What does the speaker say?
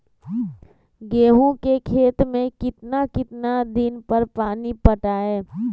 गेंहू के खेत मे कितना कितना दिन पर पानी पटाये?